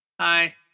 hi